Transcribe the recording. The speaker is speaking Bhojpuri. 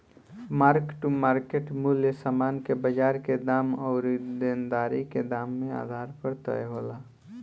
मार्क टू मार्केट मूल्य समान के बाजार के दाम अउरी देनदारी के दाम के आधार पर तय होला